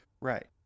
Right